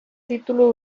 título